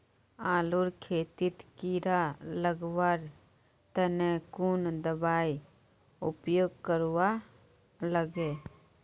आलूर खेतीत कीड़ा निकलवार तने कुन दबाई उपयोग करवा लगे?